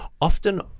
often